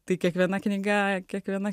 tai kiekviena knyga kiekviena